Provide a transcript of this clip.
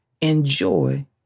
enjoy